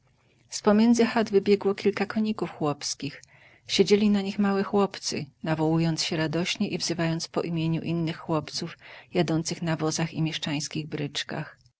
z pomiędzy chat wybiegło kilka koników chłopskich siedzieli na nich małe chłopcy nawołując się radośnie i wzywając po imieniu innych chłopców jadących na wozach i mieszczańskich bryczkach